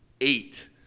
eight